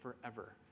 forever